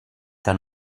que